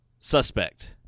suspect